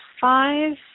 Five